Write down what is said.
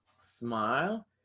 smile